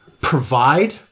provide